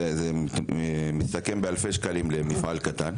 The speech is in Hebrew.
זה מסתכם באלפי שקלים למפעל קטן.